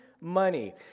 money